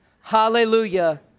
Hallelujah